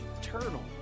eternal